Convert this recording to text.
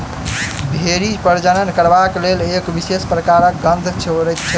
भेंड़ी प्रजनन करबाक लेल एक विशेष प्रकारक गंध छोड़ैत छै